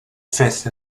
fifth